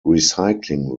recycling